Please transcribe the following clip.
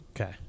Okay